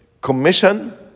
commission